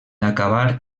acabar